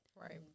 right